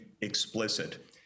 explicit